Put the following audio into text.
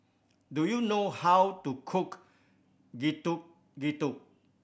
do you know how to cook Getuk Getuk